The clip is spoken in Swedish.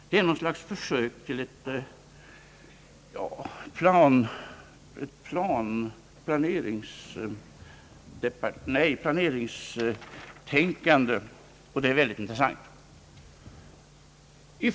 Det är något slags försök till ett planeringstänkande, och det är väldigt intressant.